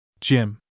Jim